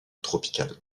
tropicales